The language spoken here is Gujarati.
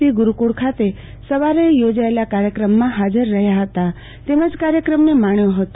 પી ગુરૂકુળ ખાતે સવારે યોજાયેલા કાર્યક્રમમાં હાજર રહ્યા હતા તેમજ કાર્યક્રમને માણ્યો હતો